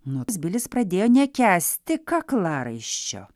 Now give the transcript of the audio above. nors bilis pradėjo nekęsti kaklaraiščio